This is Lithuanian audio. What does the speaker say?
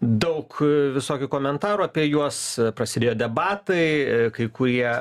daug visokių komentarų apie juos prasidėjo debatai kai kurie